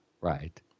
Right